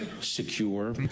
secure